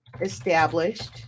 established